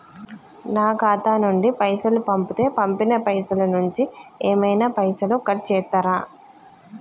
నా ఖాతా నుండి పైసలు పంపుతే పంపిన పైసల నుంచి ఏమైనా పైసలు కట్ చేత్తరా?